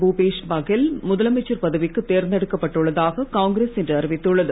பூபேஷ் பகேல் முதலமைச்சர் பதவிக்கு தேர்ந்தெடுக்கப்பட்டு உள்ளதாக காங்கிரஸ் இன்று அறிவித்துள்ளது